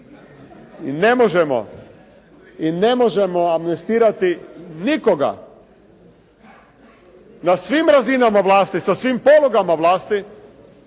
I ne možemo amnestirati nikoga na svim razinama vlasti sa svim polugama vlasti